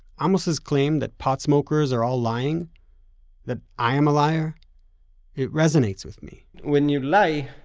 amos' claim that pot smokers are all lying that i am a liar it resonates with me when you lie,